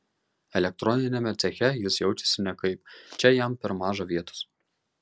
elektroniniame ceche jis jaučiasi nekaip čia jam per maža vietos